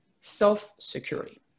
self-security